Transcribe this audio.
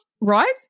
right